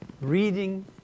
reading